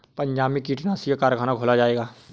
पंजाब में कीटनाशी का कारख़ाना खोला जाएगा